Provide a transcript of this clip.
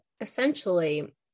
Essentially